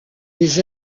des